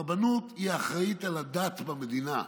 הרבנות היא האחראית על הדת במדינה.